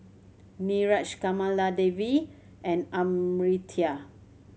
Niraj Kamaladevi and Amartya